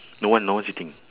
no one no one sitting